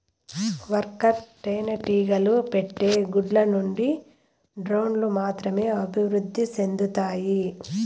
worker తేనెటీగలు పెట్టే గుడ్ల నుండి డ్రోన్లు మాత్రమే అభివృద్ధి సెందుతాయి